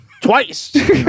Twice